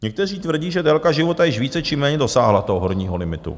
Někteří tvrdí, že délka života již více či méně dosáhla toho horního limitu.